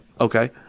Okay